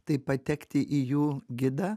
tai patekti į jų gidą